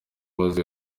maze